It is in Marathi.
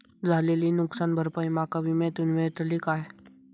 झालेली नुकसान भरपाई माका विम्यातून मेळतली काय?